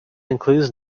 includes